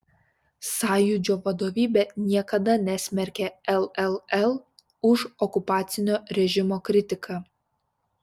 sąjūdžio vadovybė niekada nesmerkė lll už okupacinio režimo kritiką